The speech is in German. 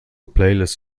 playlist